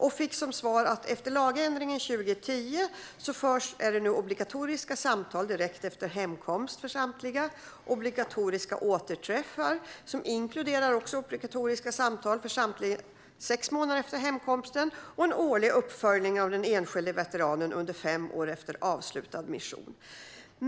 Jag fick till svar att det efter lagändringen 2010 förs obligatoriska samtal med samtliga direkt efter hemkomst. Sex månader efter hemkomst är det obligatoriska återträffar för samtliga, vilket även inkluderar obligatoriska samtal, och det sker en årlig uppföljning av den enskilde veteranen under fem år efter avslutad mission.